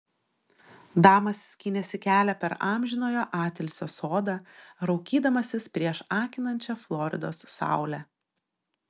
damas skynėsi kelią per amžinojo atilsio sodą raukydamasis prieš akinančią floridos saulę